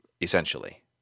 essentially